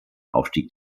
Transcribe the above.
aufstieg